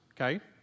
okay